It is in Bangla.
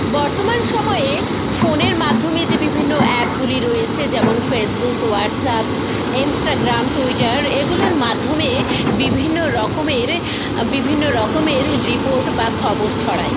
বর্তমান সময়ে ফোনের মাধ্যমে যে বিভিন্ন অ্যাপগুলি রয়েছে যেমন ফেসবুক হোয়্যাটসঅ্যাপ ইনস্টাগ্রাম ট্যুইটার এগুলোর মাধ্যমে বিভিন্ন রকমের বিভিন্ন রকমের রিপোর্ট বা খবর ছড়ায়